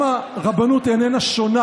גם הרבנות איננה שונה.